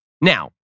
Now